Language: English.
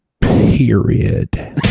period